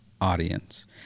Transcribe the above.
audience